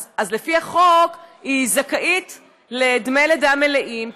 אז לפי החוק היא זכאית לדמי לידה מלאים,